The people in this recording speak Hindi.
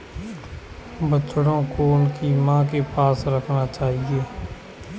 बछड़ों को उनकी मां के पास रखना चाहिए